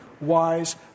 wise